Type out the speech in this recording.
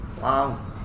Wow